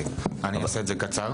אני אעשה את זה קצר.